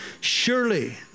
Surely